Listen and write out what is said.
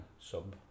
sub